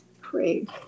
great